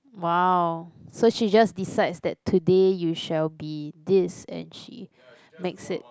!wow! so she just decides that today you shall be this and she makes it